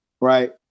right